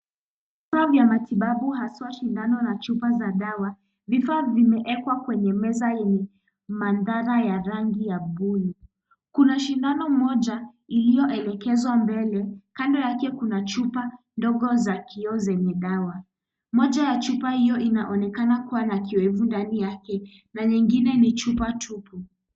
Vifaa vya matibabu haswa shindano na chupa za dawa. Vifaa vimewekwa kwenye meza yenye mandhara ya rangi ya buluu. Kuna shindano moja iliyoelekezwa mbele, kando yake kuna chupa ndogo za kioo zenye dawa. Moja ya chupa hiyo inaonekana kuwa na kiowevu ndani yake, na nyingine ni chupa tupu.